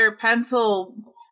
pencil